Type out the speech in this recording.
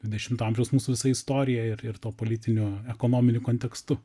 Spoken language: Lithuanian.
dvidešimto amžiaus mūsų istorija ir ir tuo politiniu ekonominiu kontekstu